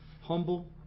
humble